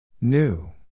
New